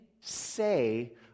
say